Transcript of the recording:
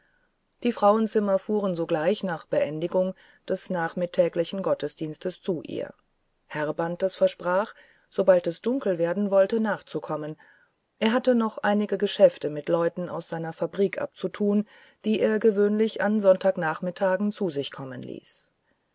die frauenzimmer fuhren sogleich nach beendigung des nachmittäglichen gottesdienstes zu ihr herr bantes versprach sobald es dunkel werden wollte nachzukommen er hatte noch einige geschäfte mit leuten aus seiner fabrik abzutun die er gewöhnlich an sonntagnachmittagen zu sich kommen ließ